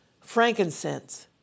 frankincense